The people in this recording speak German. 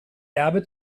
erbe